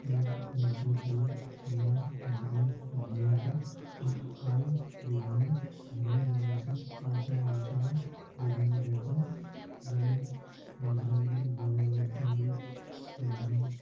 এর মধ্যে দিয়ে আমরা ধর্মের ভিন্নতা পাই বিভিন্ন ধর্মের মানুষের আচার আচরণ বিভিন্ন রকম যেমন মুসলিমদের বড় অনুষ্ঠান ঈদ মহরম